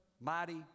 mighty